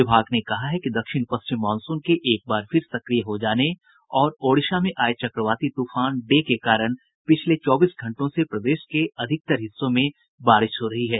विभाग ने कहा है कि दक्षिण पश्चिम मॉनसून के एक बार फिर सक्रिय हो जाने और ओडिशा में आये चक्रवाती तूफान डे के कारण पिछले चौबीस घंटों से प्रदेश के अधिकतर हिस्सों में बारिश हो रही है